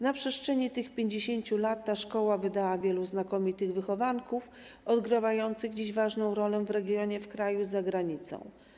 Na przestrzeni tych 50 lat ta szkoła wydała wielu znakomitych wychowanków, odgrywających dziś ważną rolę w regionie, w kraju i za granicą.